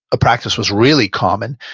a practice was really common.